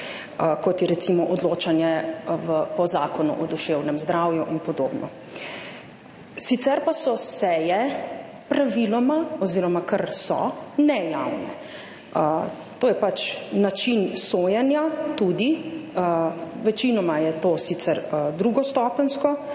kot je recimo odločanje po Zakonu o duševnem zdravju in podobno. Sicer pa so seje praviloma oziroma kar so nejavne. To je pač način sojenja, tudi. Večinoma je to sicer drugostopenjsko